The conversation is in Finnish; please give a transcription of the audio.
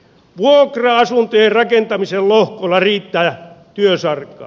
vuokra asuntojen rakentamisen lohkolla riittää työsarkaa